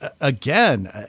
again